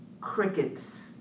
Crickets